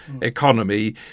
economy